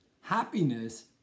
Happiness